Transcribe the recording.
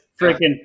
freaking